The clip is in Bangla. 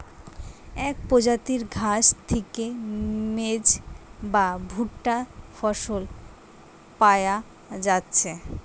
এক প্রজাতির ঘাস থিকে মেজ বা ভুট্টা ফসল পায়া যাচ্ছে